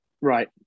Right